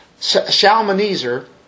Shalmaneser